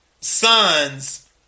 son's